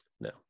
No